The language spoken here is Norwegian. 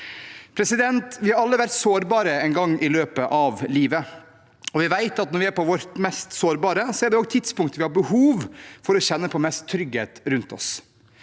debatten. Vi har alle vært sårbare en gang i løpet av livet. Vi vet at når vi er på vårt mest sårbare, er det et tidspunkt der vi har behov for å kjenne på mest trygghet rundt oss